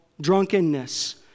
drunkenness